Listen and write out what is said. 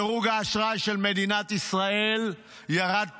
דירוג האשראי של מדינת ישראל ירד פעמיים.